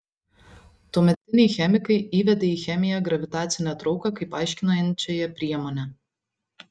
tuometiniai chemikai įvedė į chemiją gravitacinę trauką kaip aiškinančiąją priemonę